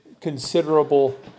considerable